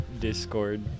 Discord